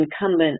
incumbent